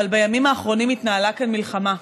אבל בימים האחרונים התנהלה כאן מלחמה,